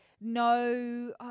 no